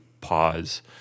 pause